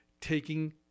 taking